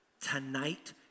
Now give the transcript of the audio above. Tonight